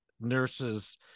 nurses